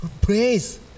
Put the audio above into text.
Praise